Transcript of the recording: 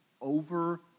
over